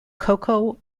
cocoa